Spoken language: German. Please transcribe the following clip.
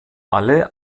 alle